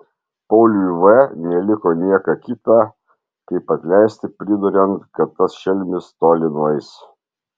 pauliui v neliko nieko kita kaip atleisti priduriant kad tas šelmis toli nueis